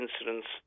incidents